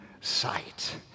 sight